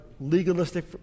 legalistic